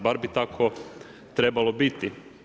Bar bi tako trebalo biti.